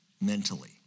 mentally